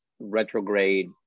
retrograde